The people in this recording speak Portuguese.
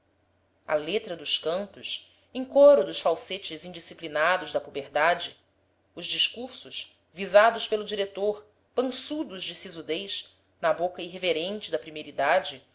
a letra dos cantos em coro dos falsetes indisciplinados da puberdade os discursos visados pelo diretor pançudos de sisudez na boca irreverente da primeira idade